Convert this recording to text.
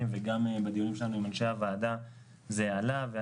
וגם בדיונים שלנו עם אנשי הוועדה זה עלה.